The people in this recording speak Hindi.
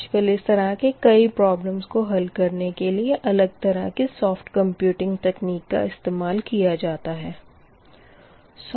आजकल इस तरह के कई प्रॉब्लम्स को हल करने के लिए अलग तरह की सॉफ़्ट कम्प्यूटिंग तकनीक का इस्तेमाल किया जाता है